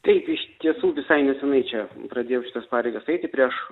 taip iš tiesų visai nesenai čia pradėjau šitas pareigas eiti prieš